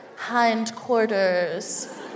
Hindquarters